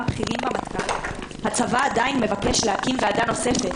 בכירים במטכ"ל הצבא עדיין מבקש להקים ועדה נוספת